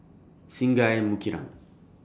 Singai Mukilan